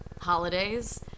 holidays